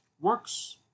works